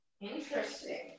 interesting